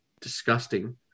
disgusting